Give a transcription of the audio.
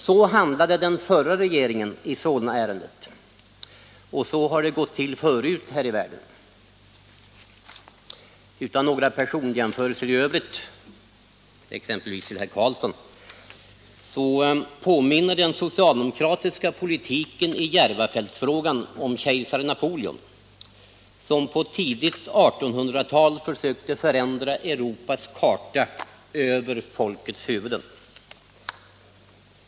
Så handlade den förra regeringen i Solnaärendet, och så har det gått till förut här i världen. Utan några personjämförelser i övrigt — exempelvis med herr Karlsson i Malung — vill jag säga att den socialdemokratiska politiken i Järvafältsfrågan påminner om kejsar Napoleon, som under det tidiga 1800-talet försökte förändra Europas karta över folkets huvuden.